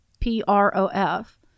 P-R-O-F